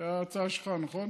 זו הייתה ההצעה שלך, נכון?